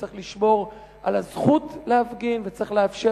צריך לשמור על הזכות להפגין וצריך לאפשר